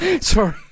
Sorry